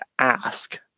ask